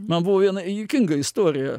man buvo viena juokinga istorija